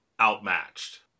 outmatched